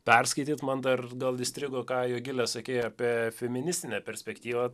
perskaityt man dar gal įstrigo ką jogile sakei apie feministinę perspektyvą